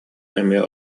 эмиэ